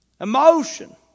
Emotion